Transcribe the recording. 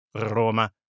roma